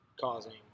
Causing